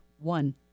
one